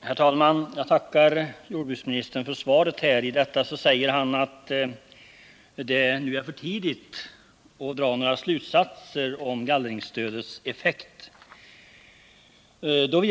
Herr talman! Jag tackar jordbruksministern för svaret. I svaret säger jordbruksministern att det är för tidigt att nu dra några slutsatser om gallringsstödets effekt.